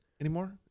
anymore